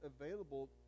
available